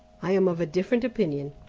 i am of a different opinion.